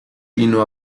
vino